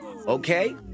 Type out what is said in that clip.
Okay